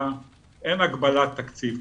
ואין הגבלת תקציב.